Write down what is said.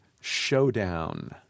showdown